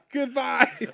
Goodbye